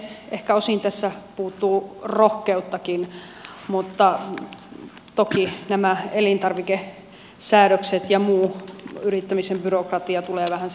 ehkä osin tässä puuttuu rohkeuttakin mutta toki nämä elintarvikesäädökset ja muu yrittämisen byrokratia tulevat vähän silläkin puolella vastaan